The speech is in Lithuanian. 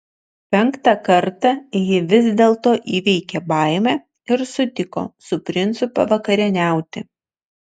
penktą kartą ji vis dėlto įveikė baimę ir sutiko su princu pavakarieniauti